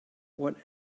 what